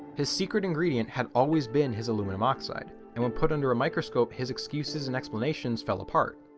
his secret ingredient had always been his aluminum oxide and when put under a microscope his excuses and explanations fell apart.